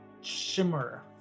shimmer